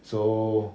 so